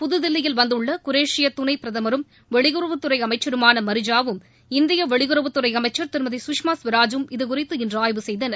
புதுதில்லி வந்துள்ள குரேஷிய துணை பிரதமரும் வெளியுறவுத்துறை அமைச்சருமான மரிஜாவும் இந்திய வெளியுறவுத்துறை அமைச்சர் திருமதி கஷ்மா ஸ்வராஜும் இதுகுறித்து இன்று ஆய்வு செய்தனர்